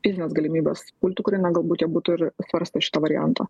fizines galimybes pulti ukrainą galbūt jie būtų ir apsvarstę šito varianto